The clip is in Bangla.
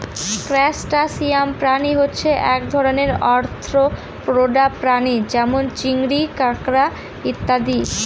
ত্রুসটাসিয়ান প্রাণী হচ্ছে এক ধরনের আর্থ্রোপোডা প্রাণী যেমন চিংড়ি, কাঁকড়া ইত্যাদি